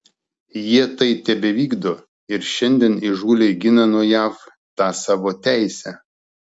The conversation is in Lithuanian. jie tai tebevykdo ir šiandien įžūliai gina nuo jav tą savo teisę